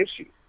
issue